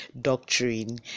doctrine